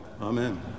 Amen